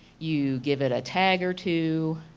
you give it a tag or two,